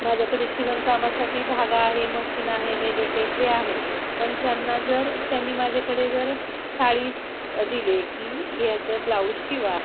माझ्याकडे शिवणकामासाठी धागा आणि मशीन आहे मेजर टेप हे आहे पण त्यांना जर त्यांनी माझ्याकडे जर साडीच दिले की याचं ब्लाऊज शिवा